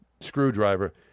screwdriver